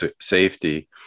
safety